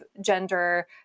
gender